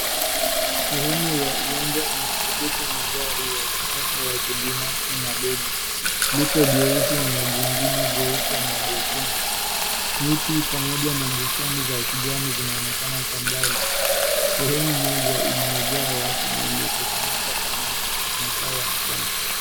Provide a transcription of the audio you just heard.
Sehemu ya uwanja imeegeshwa magari ya kisasa ya kibinafsi madogo. Lipo jeusi na jingine jeupe na jekundu. Miti pamoja na bustani za kijani zinaonekana kwa umbali. Sehemu moja imejaa watu waliokusanyika pamoja masaa ya mchana.